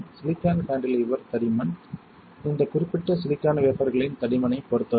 silicon cantilever தடிமன் இந்த குறிப்பிட்ட சிலிக்கான் வேஃபர்களின் தடிமனைப் பொறுத்தது